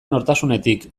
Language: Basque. nortasunetik